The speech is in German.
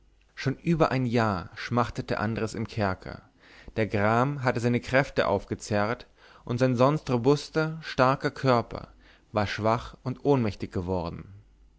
schon über ein jahr schmachtete andres im kerker der gram hatte seine kräfte aufgezehrt und sein sonst robuster starker körper war schwach und ohnmächtig geworden